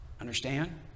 understand